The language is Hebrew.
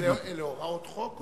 אלה הוראות חוק?